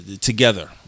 together